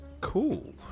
cool